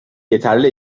yeterli